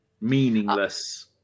Meaningless